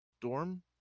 Dorm